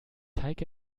heike